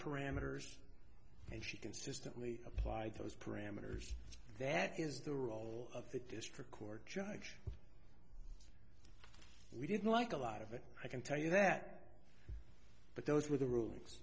parameters and she consistently applied those parameters that is the role of the district court judge we didn't like a lot of it i can tell you that but those were the rul